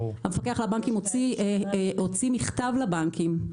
המפקח על הבנקים הוציא מכתב לבנקים,